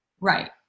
Right